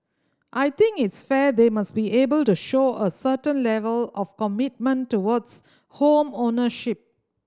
I think it's fair they must be able to show a certain level of commitment towards home ownership